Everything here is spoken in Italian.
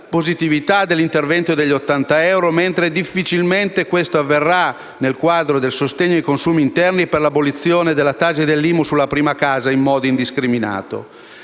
positività dell'intervento degli 80 euro, mentre difficilmente ciò avverrà, nel quadro del sostegno ai consumi interni, per l'abolizione della TASI e dell'IMU sulla prima casa in modo indiscriminato.